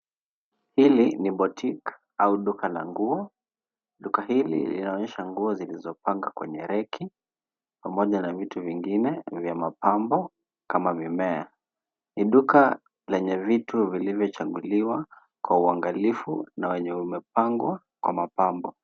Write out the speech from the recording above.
Hili ni boutique au duka la nguo. Duka hili linaonyesha nguo zilizopangwa kwenye reki, pamoja na vitu vingine vya mapambo kama mimea. Ni duka lenye vitu vilivyochaguliwa kwa uangalifu na wenye umepangwa kwa mapambo.